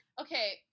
Okay